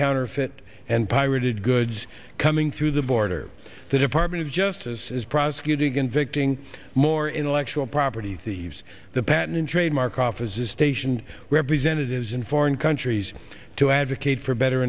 counterfeit and pirated goods coming through the border the department of justice is prosecuting convicting more intellectual property thieves the patent and trademark office is stationed representatives in foreign countries to advocate for better